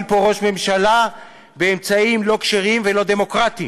פה ראש ממשלה באמצעים לא כשרים ולא דמוקרטיים.